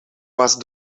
was